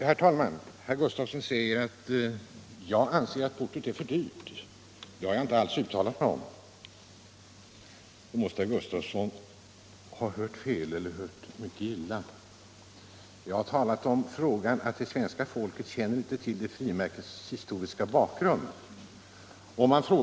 Herr talman! Herr Sven Gustafson i Göteborg säger att jag anser att portot är för dyrt. Det har jag inte alls uttalat mig om. Då måste herr Gustafson ha hört fel eller hört mycket illa. Jag har talat om att det svenska folket inte känner till frimärkets historiska bakgrund.